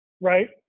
right